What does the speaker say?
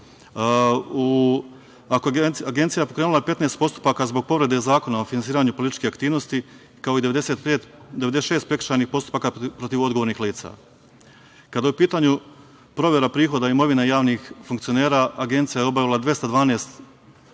Agencija je pokrenula 15 postupaka zbog povrede Zakona o finansiranju političkih aktivnosti, kao i 96 prekršaja protiv odgovornih lica. Kada je u pitanju provera prihoda imovina javnih funkcionera Agencija je obavila 212 provera,